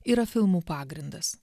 yra filmų pagrindas